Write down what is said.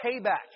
payback